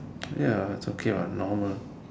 ya it's okay what normal